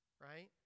Right